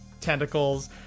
tentacles